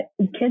kids